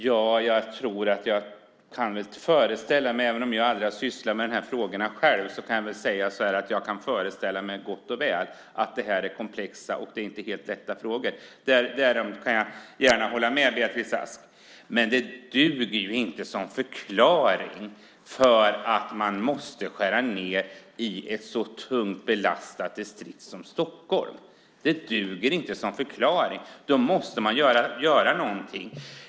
Herr talman! Även om jag aldrig har sysslat med de här frågorna själv, kan jag väl säga att jag tror att jag kan föreställa mig gott och väl att det här är komplexa och inte helt lätta frågor. Om det kan jag gärna hålla med Beatrice Ask. Men det duger ju inte som förklaring till att man måste skära ned i ett så tungt belastat distrikt som Stockholm. Det duger inte som förklaring. Då måste man göra någonting.